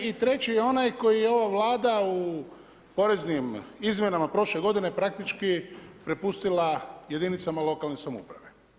I treći je onaj koji je ova Vlada u poreznim izmjenama prošle godine praktički prepustila jedinicama lokalne samouprave.